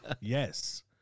Yes